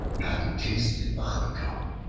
having tasted the honeycomb,